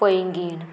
Poinguinim